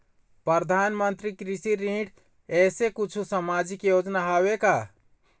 परधानमंतरी कृषि ऋण ऐसे कुछू सामाजिक योजना हावे का?